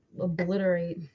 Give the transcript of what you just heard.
obliterate